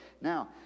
Now